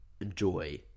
enjoy